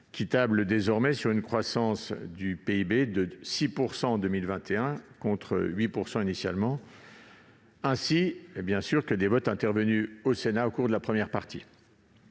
qui table désormais sur une croissance du PIB de 6 % en 2021, contre 8 % initialement, ainsi que des votes intervenus au Sénat au cours de l'examen de la première partie